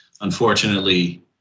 unfortunately